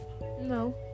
No